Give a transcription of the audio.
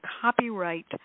copyright